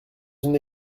une